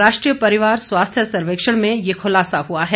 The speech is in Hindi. राष्ट्रीय परिवार स्वास्थ्य सर्वेक्षण में ये खुलासा हुआ है